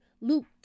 Luke